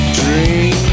dream